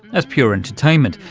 as pure entertainment.